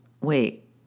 wait